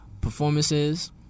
Performances